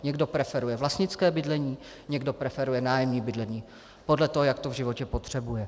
Někdo preferuje vlastnické bydlení, někde preferuje nájemní bydlení podle toho, jak to v životě potřebuje.